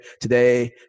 today